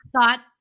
thought